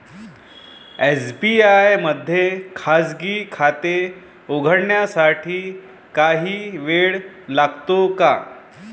SBI मध्ये खाजगी खाते उघडण्यासाठी काही वेळ लागतो का?